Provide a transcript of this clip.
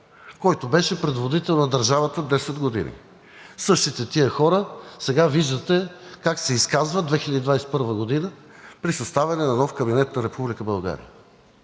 който беше предводител на държавата 10 години. Същите тези хора сега виждате как се изказват в 2021 г. при съставянето на новия кабинет на Република България.